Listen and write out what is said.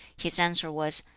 his answer was,